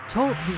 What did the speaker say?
Talk